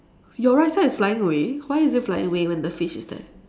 your right side is flying away why is it flying away when the fish is there